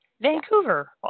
Vancouver